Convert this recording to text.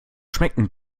schmecken